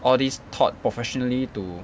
all these thought professionally to